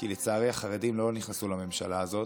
כי לצערי החרדים לא נכנסו לממשלה הזאת,